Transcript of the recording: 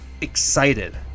excited